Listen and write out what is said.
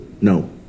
no